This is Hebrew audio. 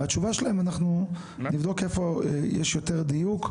ואת התשובה שלהם, אנחנו נבדוק איפה יש יותר דיוק.